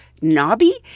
Nobby